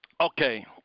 okay